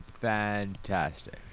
Fantastic